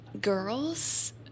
girls